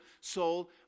soul